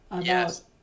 Yes